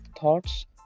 thoughts